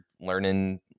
learning